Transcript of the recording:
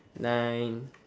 nine